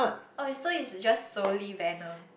oh it's just soles venom